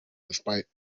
despite